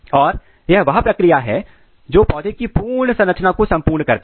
और यह वह प्रक्रिया है जो पौधे की पूर्ण संरचना को संपूर्ण करता है